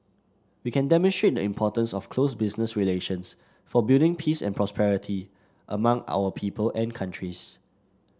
we can demonstrate the importance of close business relations for building peace and prosperity among our people and countries